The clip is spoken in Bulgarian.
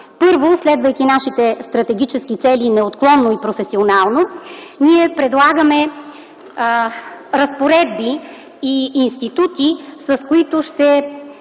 Първо, следвайки нашите стратегически цели неотклонно и професионално, предлагаме разпоредби и институти, с които ще